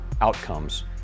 outcomes